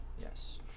Yes